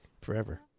forever